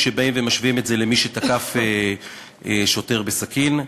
כשבאים ומשווים את זה למי שתקף שוטר בסכין.